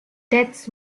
deaths